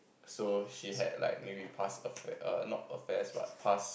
so she had like maybe past affair err not affairs but past